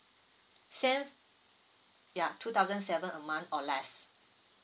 se~ ya two thousand seven a month or less